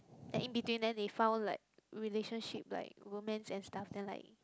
and in between then they found like relationship like romance and stuff then like